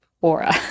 aura